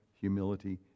humility